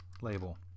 label